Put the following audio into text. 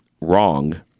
wrong